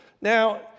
Now